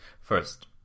First